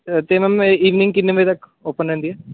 ਅਤੇ ma'am evening ਕਿੰਨੇ ਵਜੇ ਤੱਕ ਓਪਨ ਰਹਿੰਦੀ ਆ